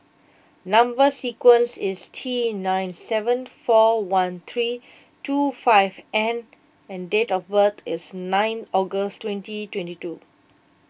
Number Sequence is T nine seven four one three two five N and date of birth is nine August twenty twenty two